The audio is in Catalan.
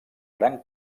gran